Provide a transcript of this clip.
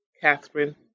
Catherine